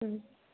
হুম